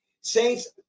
Saints